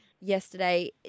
yesterday